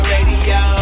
Radio